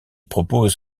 propose